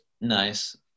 nice